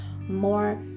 more